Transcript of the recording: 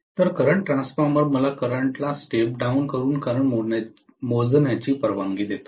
तर current transformer मला current ला स्टेप डाउन करून करंट मोजण्याची परवानगी देतो